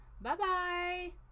Bye-bye